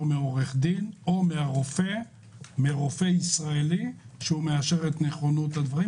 מעורך דין או מרופא ישראלי שמאשר את נכונות הדברים,